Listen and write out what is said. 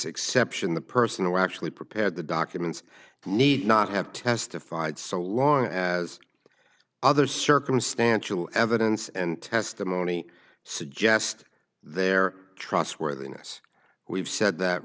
exception the person who actually prepared the documents need not have testified so long as other circumstantial evidence and testimony suggest their trustworthiness we've said that